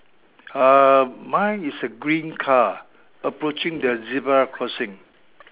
uh mine is a green car approaching the zebra crossing